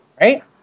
Right